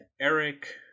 Eric